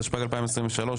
התשפ"ג-2023,